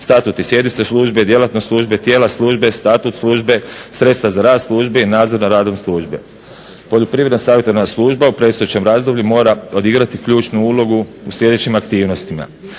Statut i sjedište službe, djelatnost službe, tijela službe, Statut službe, sredstva za rad službi, nadzor nad radom službe. Poljoprivredna savjetodavna služba u predstojećem razdoblju mora odigrati ključnu ulogu u sljedećim aktivnostima: